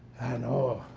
and oh,